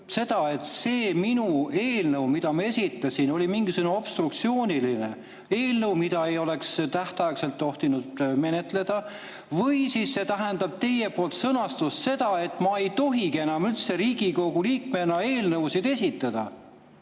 seda, et see minu eelnõu, mille ma esitasin, oli mingisugune obstruktsiooniline eelnõu, mida ei oleks tähtaegselt tohtinud menetleda? Või kas siis see teie poolt sõnastatu tähendab seda, et ma ei tohigi enam üldse Riigikogu liikmena eelnõusid esitada?